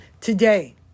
Today